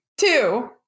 two